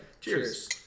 Cheers